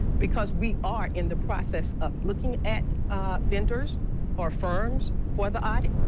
because we are in the process of looking at vendors or firms for the audit.